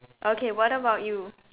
okay what about you